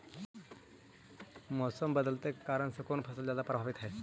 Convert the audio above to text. मोसम बदलते के कारन से कोन फसल ज्यादा प्रभाबीत हय?